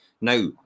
Now